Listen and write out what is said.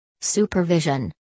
Supervision